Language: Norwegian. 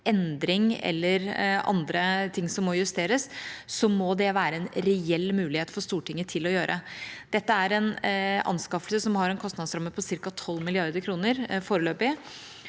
endring eller andre ting som må justeres, må det være en reell mulighet for Stortinget til å gjøre det. Dette er en anskaffelse som har en kostnadsramme på ca. 12 mrd. kr foreløpig,